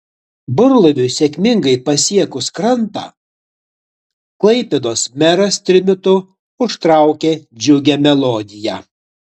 burlaiviui sėkmingai pasiekus krantą klaipėdos meras trimitu užtraukė džiugią melodiją